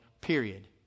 period